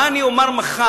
מה אני אומר מחר